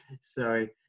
Sorry